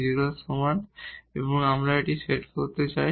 যা 0 এর সমান এবং আমরা এটি সেট করতে চাই